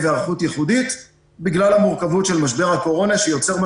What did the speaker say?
היערכות ייחודית בגלל המורכבות של משבר הקורונה שיוצר מה